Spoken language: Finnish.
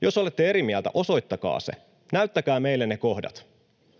Jos olette eri mieltä, osoittakaa se, näyttäkää meille ne kohdat.